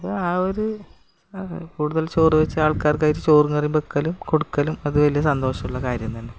അപ്പം ആ ഒരു കൂടുതൽ ചോറ് വെച്ചാൾക്കാർക്ക് ചോറും കറിയും വെക്കലും കൊടുക്കലും അതു വലിയ സന്തോഷമുള്ള കാര്യം തന്നെ